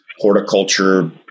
horticulture